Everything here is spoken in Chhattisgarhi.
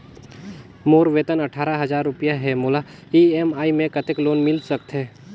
मोर वेतन अट्ठारह हजार रुपिया हे मोला ई.एम.आई मे कतेक लोन मिल सकथे?